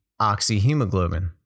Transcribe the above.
oxyhemoglobin